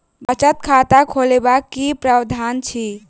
बचत खाता खोलेबाक की प्रावधान अछि?